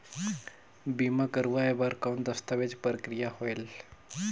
बीमा करवाय बार कौन दस्तावेज प्रक्रिया होएल?